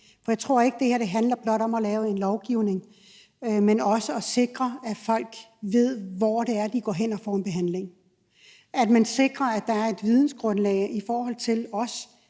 For jeg tror ikke, det her blot handler om at lave en lovgivning, men også om at sikre, at folk ved, hvor det er, de kan gå hen og få en behandling, og at man sikrer, at der er et vidensgrundlag om,